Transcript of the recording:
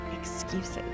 excuses